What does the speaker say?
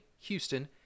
Houston